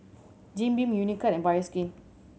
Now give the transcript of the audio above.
Jim Beam Unicurd and Bioskin